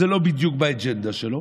זה לא בדיוק באג'נדה שלו,